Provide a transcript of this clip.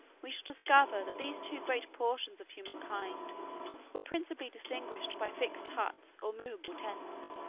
we shall discover that those two great portions of human kind were principally distinguished by fixed huts or movable tents,